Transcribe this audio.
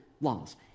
laws